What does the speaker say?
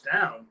down